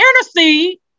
intercede